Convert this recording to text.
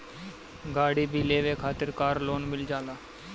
गाड़ी भी लेवे खातिर कार लोन मिल जाला